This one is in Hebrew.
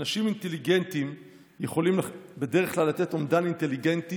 אנשים אינטליגנטים יכולים בדרך כלל לתת אומדן אינטליגנטי